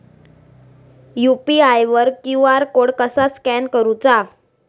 UPI वर QR code कसा scan करूचा?